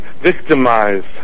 victimized